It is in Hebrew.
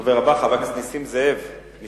הדובר הבא, חבר הכנסת נסים זאב מש"ס.